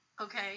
Okay